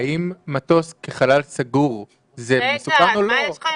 האם מטוס כחלל סגור זה מסוכן או לא?